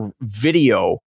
video